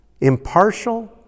impartial